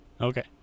Okay